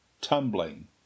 tumbling